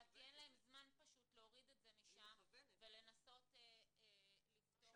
אלא כי אין להם זמן פשוט להוריד את זה משם ולנסות לפתור את הסיפור הזה.